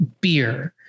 beer